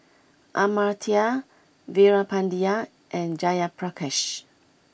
Amartya Veerapandiya and Jayaprakash